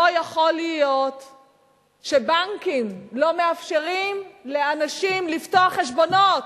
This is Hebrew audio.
לא יכול להיות שבנקים לא מאפשרים לאנשים לפתוח חשבונות,